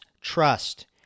trust